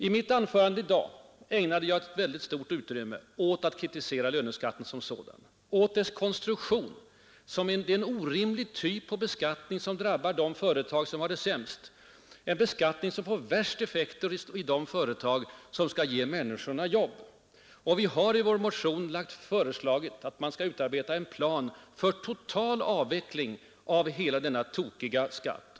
I mitt anförande i dag ägnade jag stort utrymme åt att kritisera löneskatten som sådan och dess konstruktion; det är en orimlig typ av beskattning, som drabbar de företag som har det sämst, en beskattning som får värst effekt i de företag som skall ge människorna jobb. Vi har i vår motion föreslagit att man skall utarbeta en plan för total avveckling av denna tokiga skatt.